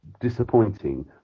disappointing